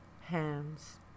hands